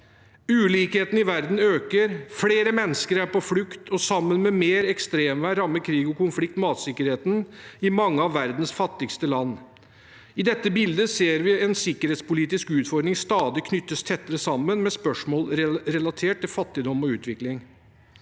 Ulikheten i verden øker. Flere mennesker er på flukt, og sammen med mer ekstremvær rammer krig og konflikt matsikkerheten i mange av verdens fattigste land. I dette bildet ser vi en sikkerhetspolitisk utfordring som stadig knyttes tettere sammen med spørsmål relatert til fattigdom og utvikling.